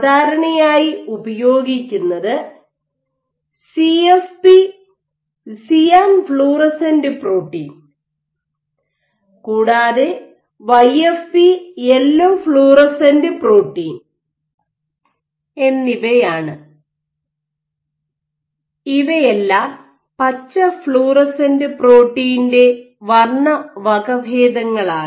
സാധാരണയായി ഉപയോഗിക്കുന്നത് CFP cyan fluorescent protein YFP yellow fluorescent protein എന്നിവയാണ് ഇവയെല്ലാം പച്ച ഫ്ലൂറസെന്റ് പ്രോട്ടീന്റെ വർണ്ണ വകഭേദങ്ങളാണ്